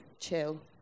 chill